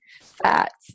fats